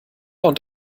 und